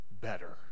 better